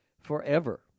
forever